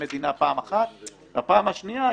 המדינה צריך לבטל פעם אחת; בפעם השנייה,